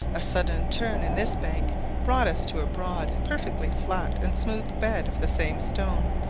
a sudden turn in this bank brought us to broad, perfectly flat and smooth bed of the same stone,